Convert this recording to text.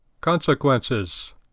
Consequences